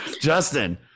Justin